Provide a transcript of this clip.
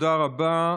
תודה רבה.